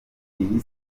iyi